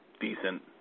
decent